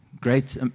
great